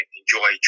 enjoy